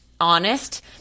honest